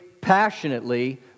passionately